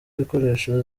ibikoresho